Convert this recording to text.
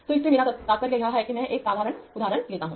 तो इससे मेरा तात्पर्य यह है कि मैं एक साधारण उदाहरण लेता हूँ